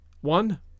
one